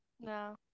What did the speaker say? No